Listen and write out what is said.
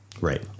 Right